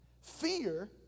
Fear